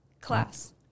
Class